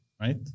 right